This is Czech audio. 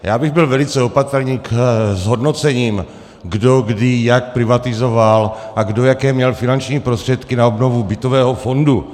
Já bych byl velice opatrný s hodnocením, kdo, kdy a jak privatizoval a kdo jaké měl finanční prostředky na obnovu bytového fondu.